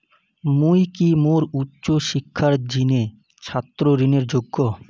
মুই কি মোর উচ্চ শিক্ষার জিনে ছাত্র ঋণের যোগ্য?